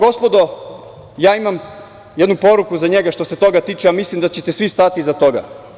Gospodo, imam jednu poruku za njega što se toga tiče, a mislim da ćete svi stati iza toga.